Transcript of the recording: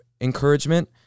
encouragement